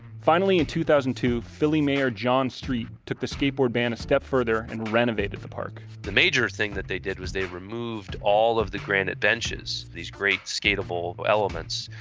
finally, in two thousand and two, philly mayor john street took the skateboard ban a step further and renovated the park. the major thing that they did was they removed all of the granite benches. these great, skateable elements.